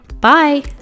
Bye